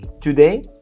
today